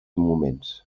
moments